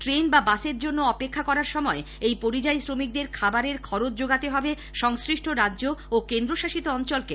train বা বাসের জন্য অপেক্ষা করার সময় এই পরিযায়ী শ্রমিকদের খাবারের খরচ যোগাতে হবে সংশ্লিষ্ট রাজ্য ও কেন্দ্রশাসিত অঞ্চলকে